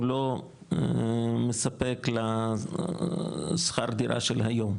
הוא לא מספק לשכר הדירה של היום,